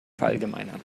verallgemeinern